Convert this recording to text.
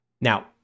Now